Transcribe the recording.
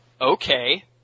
Okay